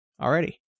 already